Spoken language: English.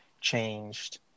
changed